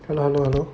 hello hello hello